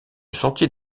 sentier